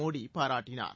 மோடி பாராட்டினார்